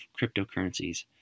cryptocurrencies